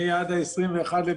אני בבידוד עד 21 ביולי.